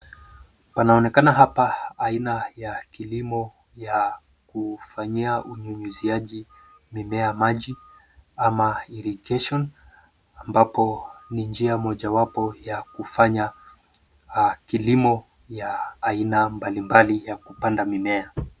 Panaonekana hapa aina ya kilimo ya kufanyia unyunyuziaji mimea maji ama irrigation ambapo ni njia mojawapo ya kufanya kilimo ya aina mbalimbali ya kupanda mimea.